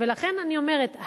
ולכן אני אומרת,